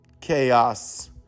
chaos